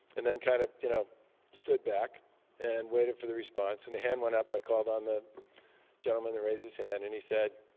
and then kind of you know stood back and waited for the response. and a hand went up. i called on the gentleman that raised his hand. and he said,